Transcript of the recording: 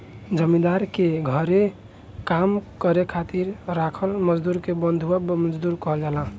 जमींदार के घरे काम करे खातिर राखल मजदुर के बंधुआ मजदूर कहल जाला